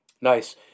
Nice